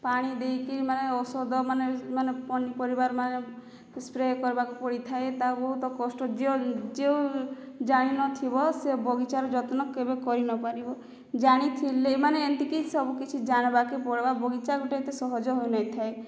ପାଣି ଦେଇକି ମାନେ ଔଷଧ ମାନେ ମାନେ ପନିପରିବାର୍ ମାନେ ସ୍ପ୍ରେ କରିବାକୁ ପଡ଼ିଥାଏ ତା ବହୁତ କଷ୍ଟ ଯେ ଯେଉଁ ଜାଣି ନଥିବ ସେ ବଗିଚାର ଯତ୍ନ କେବେ କରି ନ ପାରିବ ଜାଣିଥିଲେ ମାନେ ଏମିତିକି ସବୁକିଛି ଜାଣ୍ବାକେ ପଡ଼୍ବା ବଗିଚା ଗୋଟିଏ ଏତେ ସହଜ ହୋଇ ନାଇ ଥାଏ